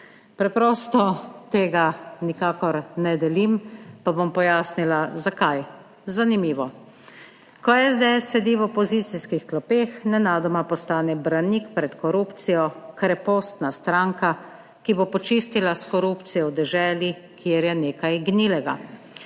Preprosto tega nikakor ne delim. Pa bom pojasnila zakaj. Zanimivo, ko SDS sedi v opozicijskih klopeh nenadoma postane branik pred korupcijo, krepostna stranka, ki bo počistila s korupcijo v deželi, kjer je nekaj gnilega.